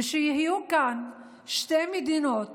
ושיהיו כאן שתי מדינות